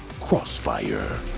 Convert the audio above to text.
Crossfire